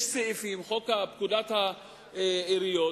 יש סעיפים: פקודת העיריות,